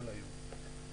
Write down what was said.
כל היום.